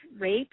rape